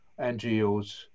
NGOs